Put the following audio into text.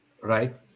right